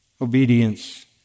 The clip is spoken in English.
obedience